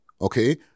Okay